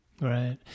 Right